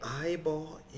eyeball